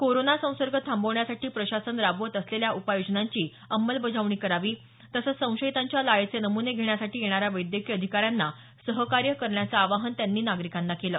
corona संसर्ग थांबवण्यासाठी प्रशासन राबवत असलेल्या उपाय योजनांची अंमलबजावणी करावी तसंच संशयितांच्या लाळेचे नमुने घेण्यासाठी येणाऱ्या वैद्यकीय अधिकाऱ्यांना सहकार्य करण्याचं आवाहन त्यांनी नागरिकांना केलं